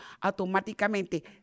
automáticamente